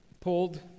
Pulled